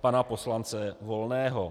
pana poslance Volného.